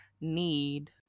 need